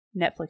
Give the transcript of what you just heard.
Netflix